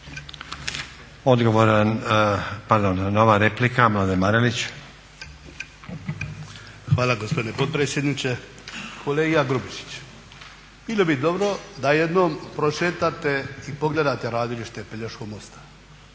Mladen Marelić. **Marelić, Mladen (SDP)** Hvala gospodine potpredsjedniče. Kolega Grubišić bilo bi dobro da jednom prošetate i pogledate radilište Pelješkog mosta.